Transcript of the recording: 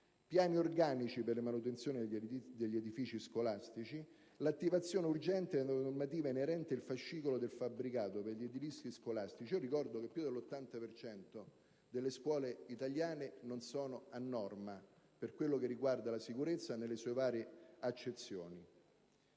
piani organici per la manutenzione degli edifici scolastici; l'attivazione urgente della normativa inerente il fascicolo del fabbricato per gli edifici scolastici (ricordo che oltre l'80 per cento delle scuole italiane non sono a norma per quel che riguarda la sicurezza nelle sue varie accezioni);